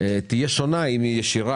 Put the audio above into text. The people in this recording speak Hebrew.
יהיה שונה אם הוא ישיר,